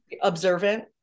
observant